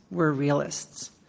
we're realists.